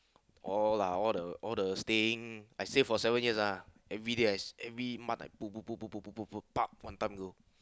all lah all the all the staying I save for seven years ah everyday I every month I put put put put put put one time go